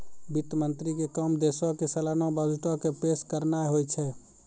वित्त मंत्री के काम देशो के सलाना बजटो के पेश करनाय होय छै